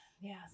Yes